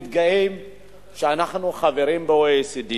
מתגאים שאנחנו חברים ב-OECD,